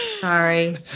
Sorry